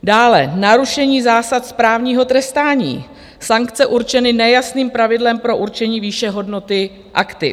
Dále narušení zásad správního trestání, sankce určené nejasným pravidlům pro určení výše hodnoty aktiv.